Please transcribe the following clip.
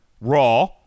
raw